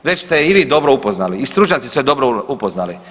Već ste je i vi dobro upoznali i stručnjaci su je dobro upoznali.